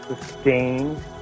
sustained